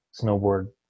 snowboard